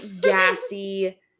gassy